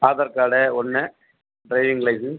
Aadhaar card ஒன்று driving licence